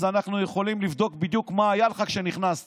אנחנו יכולים לבדוק בדיוק מה היה לך כשנכנסת,